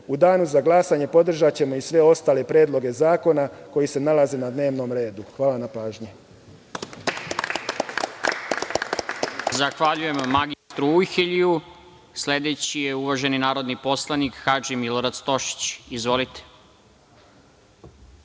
danu za glasanje podržaćemo i sve ostale predloge zakona koji se nalaze na dnevnom redu. Hvala na pažnji.